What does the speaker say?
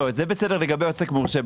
לא, זה בסדר לגבי עוסק מורשה.